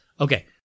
Okay